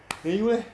then you leh